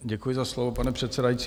Děkuji za slovo, pane předsedající.